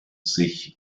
sich